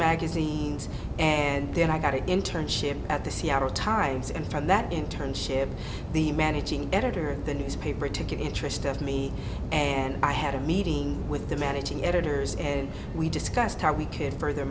magazines and then i got an internship at the seattle times and from that in turn ship the managing editor the newspaper took interest of me and i had a meeting with the managing editors and we discussed how we could further